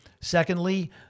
Secondly